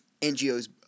NGOs